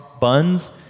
Buns